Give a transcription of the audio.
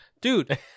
Dude